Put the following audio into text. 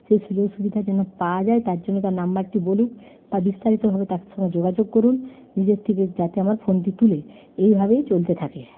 সেই সুযোগ সুবিধা যেন পাওয়া যায় তার জন্য তার নম্বরটি বলুক বা বিস্তারিতভাবে তার সঙ্গে যোগাযোগ করুন নিজের থেকে যাতে আমার ফোনটি তুলে এইভাবেই চলতে থাকে